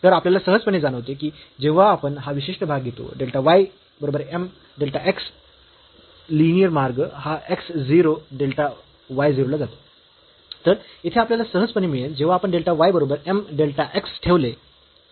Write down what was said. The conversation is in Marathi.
तर आपल्याला सहजपणे जाणवते की जेव्हा आपण हा विशिष्ट भाग घेतो डेल्टा y बरोबर m delta x the linear मार्ग हा डेल्टा x 0 डेल्टा y 0 ला जातो